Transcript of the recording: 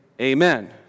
Amen